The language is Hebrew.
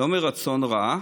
לא מרצון רע,